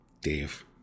Dave